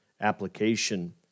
application